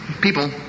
people